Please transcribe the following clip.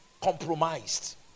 compromised